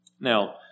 Now